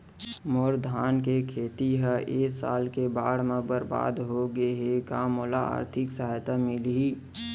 मोर धान के खेती ह ए साल के बाढ़ म बरबाद हो गे हे का मोला आर्थिक सहायता मिलही?